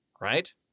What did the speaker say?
right